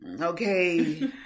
okay